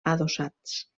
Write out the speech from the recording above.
adossats